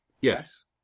Yes